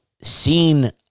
seen